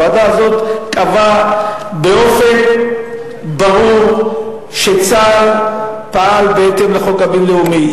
הוועדה הזאת קבעה באופן ברור שצה"ל פעל בהתאם לחוק הבין-לאומי,